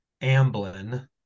amblin